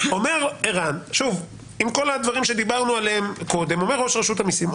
אומר ערן, ראש רשות המסים: